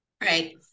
Right